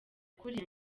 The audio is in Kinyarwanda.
kuriya